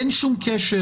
אין שום קשר,